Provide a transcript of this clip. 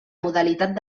modalitat